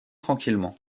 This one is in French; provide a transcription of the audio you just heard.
tranquillement